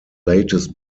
latest